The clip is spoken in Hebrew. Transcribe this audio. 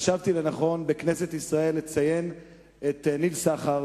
מצאתי לנכון לציין בכנסת ישראל את ניל סחר,